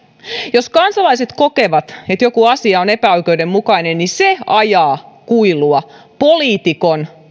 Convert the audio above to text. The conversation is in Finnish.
jos kansalaiset kokevat että joku asia on epäoikeudenmukainen niin se ajaa kuilua poliitikon